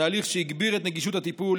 תהליך שהגביר את נגישות הטיפול,